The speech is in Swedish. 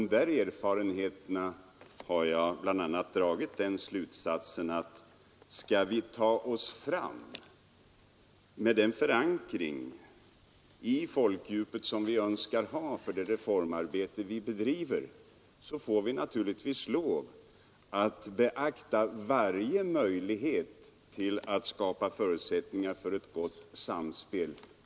Ur de erfarenheterna har jag bl.a. dragit den slutsatsen att vi, om vi skall ta oss fram — med den förankring i folkopinionen som vi önskar ha för det reformarbete vi bedriver — naturligtvis får lov att beakta varje möjlighet att skapa förutsättningar för ett gott samspel.